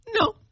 No